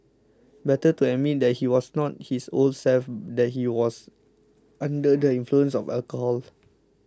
better to admit that he was not his old self that he was under the influence of alcohol